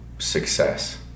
success